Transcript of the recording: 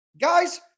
guys